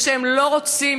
ושהם לא רוצים,